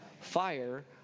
fire